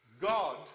God